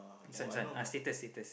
this one this one ah status status